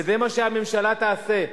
וזה מה שהממשלה תעשה,